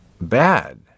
bad